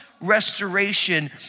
restoration